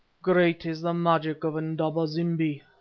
great is the magic of indaba-zimbi!